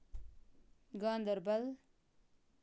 Ganderbal